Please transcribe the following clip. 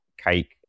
cake